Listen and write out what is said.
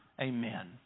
Amen